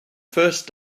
first